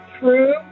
true